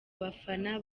bafana